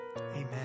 amen